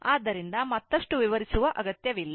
ಆದ್ದರಿಂದ ಮತ್ತಷ್ಟು ವಿವರಿಸುವ ಅಗತ್ಯವಿಲ್ಲ